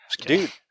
Dude